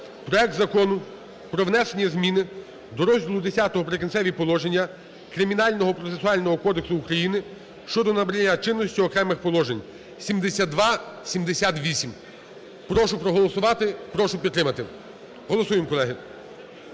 Проект Закону про внесення зміни до розділу Х "Прикінцеві положення" Кримінального процесуального кодексу України щодо набрання чинності окремих положень (7278). Прошу проголосувати, прошу підтримати. голосуємо, колеги.